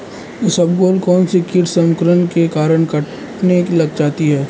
इसबगोल कौनसे कीट संक्रमण के कारण कटने लग जाती है?